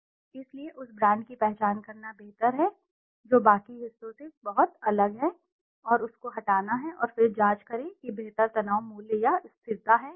इसलिए उस ब्रांड की पहचान करना बेहतर है जो बाकी हिस्सों से बहुत अलग है और उसको हटाना है और फिर जांच करें कि बेहतर तनाव मूल्य या स्थिरता है या नहीं